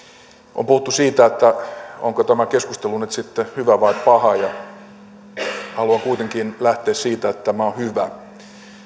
on puhuttu siitä onko tämä keskustelu nyt sitten hyvä vai paha haluan kuitenkin lähteä siitä että tämä on hyvä